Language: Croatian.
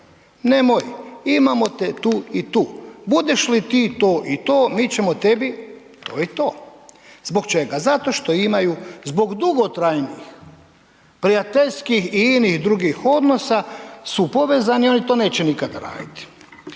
nemoj, imamo te tu i tu. Budeš li ti to i to mi ćemo tebi to i to. Zbog čega? Zato što imaju, zbog dugotrajnih prijateljskih i inih drugih odnosa su povezani, oni to neće nikada raditi.